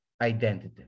identity